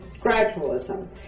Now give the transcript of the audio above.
Gradualism